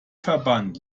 verband